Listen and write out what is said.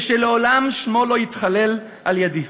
ושלעולם שמו לא יתחלל על-ידי.